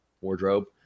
wardrobe